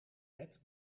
bed